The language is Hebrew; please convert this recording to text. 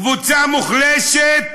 קבוצה מוחלשת,